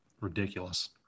ridiculous